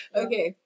okay